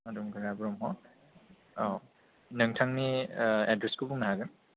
हादुंगोरा ब्रह्म औ नोंथांनि एड्रेसखौ बुंनो हागोन